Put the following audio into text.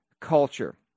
culture